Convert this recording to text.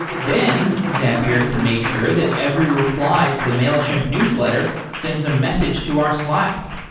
then zapier can make sure that every reply to the mailchimp newsletter sends a message to our slack,